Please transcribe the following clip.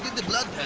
the blood test.